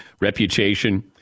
reputation